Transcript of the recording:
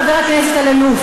חבר הכנסת אלאלוף,